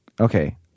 Okay